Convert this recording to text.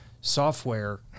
software